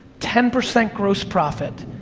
ten percent gross profit,